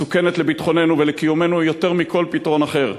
מסוכנת לביטחוננו ולקיומנו יותר מכל פתרון אחר.